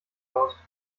aus